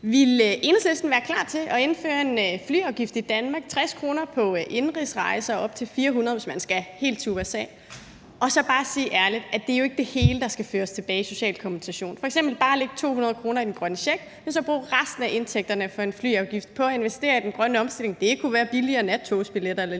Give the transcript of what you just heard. Ville Enhedslisten være klar til at indføre en flyafgift i Danmark – 60 kr. på indenrigsrejser og op til 400, hvis man skal helt til USA? Og så vil jeg bare sige ærligt, at det jo ikke er det hele, der skal føres tilbage i forhold til social kompensation. Man kunne f.eks. bare lægge 200 kr. i den grønne check og så bruge resten af indtægterne fra en flyafgift til at investere i den grønne omstilling. Det kunne være billigere nattogsbilletter eller lignende.